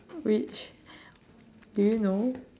which do you know